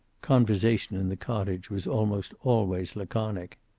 conversation in the cottage was almost always laconic.